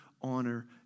honor